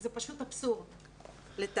זה פשוט אבסורד לטעמנו.